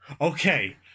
Okay